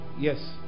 Yes